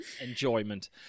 enjoyment